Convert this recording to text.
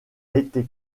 été